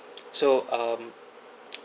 so um